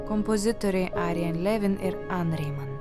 kompozitoriai arijan levin ir an reiman